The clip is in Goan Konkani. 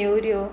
नेवऱ्यो